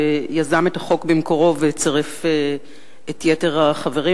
שיזם את החוק במקורו וצירף את יתר החברים,